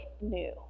new